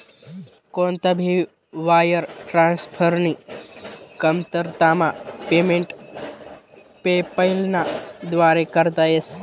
कोणता भी वायर ट्रान्सफरनी कमतरतामा पेमेंट पेपैलना व्दारे करता येस